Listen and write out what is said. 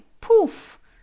poof